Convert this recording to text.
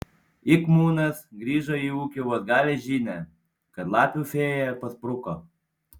ik munas grįžo į ūkį vos gavęs žinią kad lapių fėja paspruko